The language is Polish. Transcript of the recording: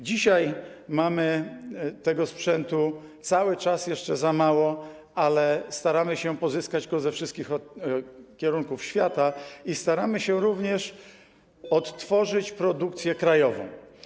Dzisiaj mamy tego sprzętu cały czas jeszcze za mało, ale staramy się pozyskać go ze wszystkich kierunków świata i staramy się również odtworzyć produkcję krajową.